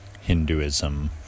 Hinduism